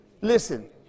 Listen